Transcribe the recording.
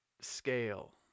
scale